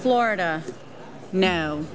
florida kno